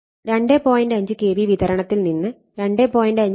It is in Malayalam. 5 kV വിതരണത്തിൽ നിന്ന് 2